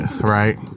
Right